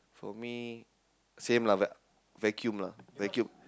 for me same lah vac~ vacuum lah vacuum